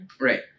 Right